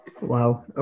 wow